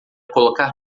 colocar